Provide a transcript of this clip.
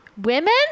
Women